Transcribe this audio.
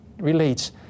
relates